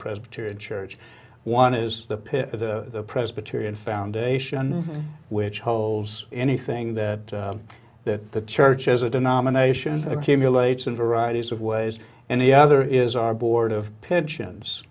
presbyterian church one is the pit the presbyterian foundation which holds anything that that the church as a denomination accumulates in varieties of ways and the other is our board of pensions